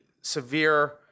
severe